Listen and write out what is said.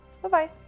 Bye-bye